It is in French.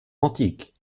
antique